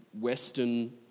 Western